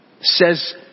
says